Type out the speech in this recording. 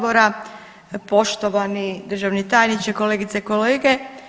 Poštovani državni tajniče, kolegice i kolege.